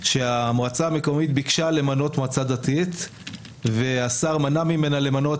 שהמועצה המקומית ביקשה למנות מועצה דתית והשר מנע ממנה למנות